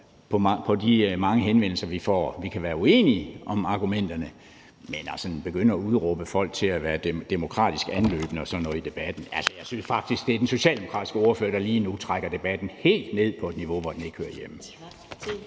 til de mange henvendelser, vi får. Vi kan være uenige om argumenterne, men altså, at begynde at udråbe folk til at være demokratisk anløbne og sådan noget i debatten får mig faktisk til at synes, at det er den socialdemokratiske ordfører, der lige nu trækker debatten helt ned på et niveau, hvor den ikke hører hjemme.